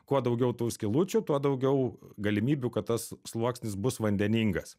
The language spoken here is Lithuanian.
kuo daugiau tų skylučių tuo daugiau galimybių kad tas sluoksnis bus vandeningas